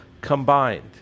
combined